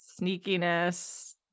sneakiness